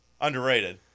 underrated